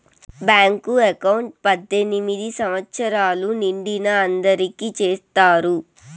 bank account పద్దెనిమిది సంవచ్చరాలు నిండిన అందరికి చేత్తారు